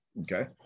okay